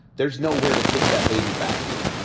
there's nowhere to take that baby back to,